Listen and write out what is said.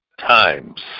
times